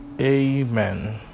amen